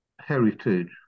heritage